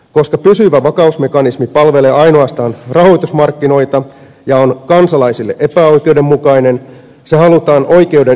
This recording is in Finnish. koska pysyvä vakausmekanismi palvelee ainoastaan rahoitusmarkkinoita ja on kansalaisille epäoikeudenmukainen se halutaan oikeuden yläpuolelle